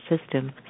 system